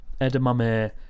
edamame